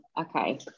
okay